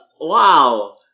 Wow